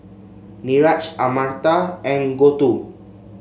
Niraj Amartya and Gouthu